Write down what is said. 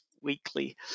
weekly